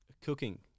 cooking